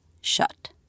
shut